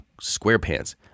SquarePants